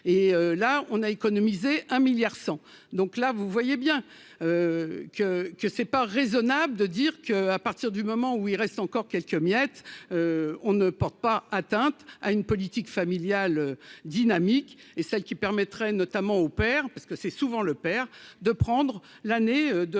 et là on a économisé un milliard 100 donc là, vous voyez bien que que c'est pas raisonnable de dire que, à partir du moment où il reste encore quelques miettes, on ne porte pas atteinte à une politique familiale dynamique et celle qui permettrait notamment au père parce que c'est souvent le père de prendre l'année de 2 prépare